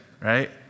right